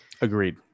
Agreed